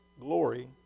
glory